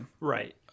right